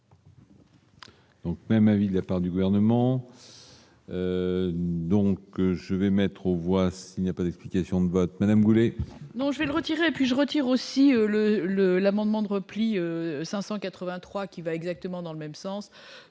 Donc même avis : il y a part du gouvernement, donc je vais mettre aux voix, il n'y a pas d'explication de vote Madame Goulet.